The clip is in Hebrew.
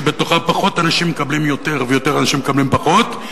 שבתוכה פחות אנשים מקבלים יותר ויותר אנשים מקבלים פחות,